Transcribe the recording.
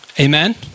Amen